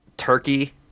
turkey